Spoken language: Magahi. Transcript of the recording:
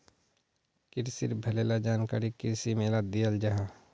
क्रिशिर भले ला जानकारी कृषि मेलात दियाल जाहा